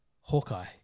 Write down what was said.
Hawkeye